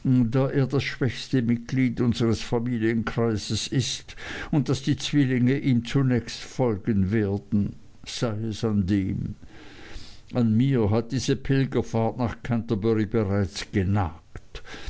das schwächste mitglied unseres familienkreises ist und daß die zwillinge ihm zunächst folgen werden sei es an dem an mir hat diese pilgerfahrt nach canterbury bereits genagt